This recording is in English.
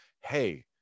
hey